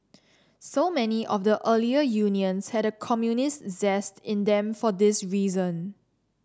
so many of the earlier unions had a communist zest in them for this reason